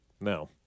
No